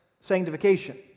sanctification